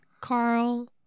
Carl